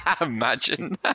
imagine